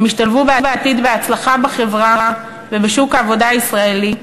הם ישתלבו בעתיד בהצלחה בחברה ובשוק העבודה הישראלי,